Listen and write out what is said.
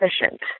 efficient